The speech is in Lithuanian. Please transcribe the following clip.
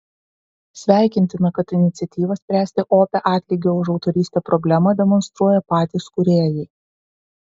sveikintina kad iniciatyvą spręsti opią atlygio už autorystę problemą demonstruoja patys kūrėjai